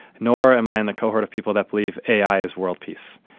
nor am i in the cohort of people that believe ai is world peace.